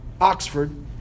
Oxford